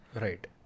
Right